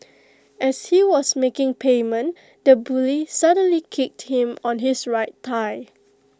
as he was making payment the bully suddenly kicked him on his right thigh